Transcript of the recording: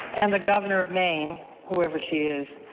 and the governor of maine, whoever she is,